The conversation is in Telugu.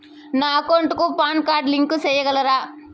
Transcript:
నా అకౌంట్ కు పాన్ కార్డు లింకు సేయగలరా?